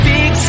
Big